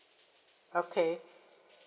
okay